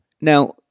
Now